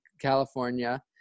california